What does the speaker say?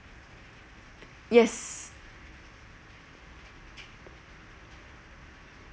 yes